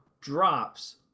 drops